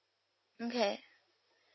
okay